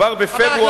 כבר בפברואר 2006,